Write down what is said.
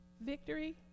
Victory